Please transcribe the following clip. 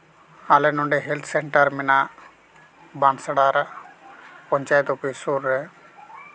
ᱟᱞᱮ ᱱᱚᱰᱮ health centre ᱢᱮᱱᱟᱜ ᱵᱟᱱᱥᱟᱲᱟ ᱯᱚᱧᱪᱟᱭᱮᱛ ᱚᱯᱷᱤᱥ ᱥᱩᱨ ᱨᱮ